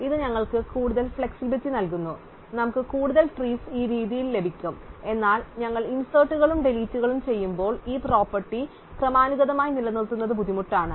അതിനാൽ ഇത് ഞങ്ങൾക്ക് കൂടുതൽ ഫ്ലെക്സിബിലിറ്റി നൽകുന്നു നമുക്ക് കൂടുതൽ ട്രീസ് ഈ രീതിയിൽ ലഭിക്കും എന്നാൽ ഞങ്ങൾ ഇൻസെർട്ടുകളും ഡിലീറ്റുകളും ചെയ്യുമ്പോൾ ഈ പ്രോപ്പർട്ടി ക്രമാനുഗതമായി നിലനിർത്തുന്നത് ബുദ്ധിമുട്ടാണ്